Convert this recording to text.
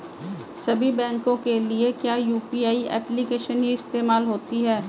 सभी बैंकों के लिए क्या यू.पी.आई एप्लिकेशन ही इस्तेमाल होती है?